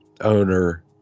owner